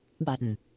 button